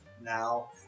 now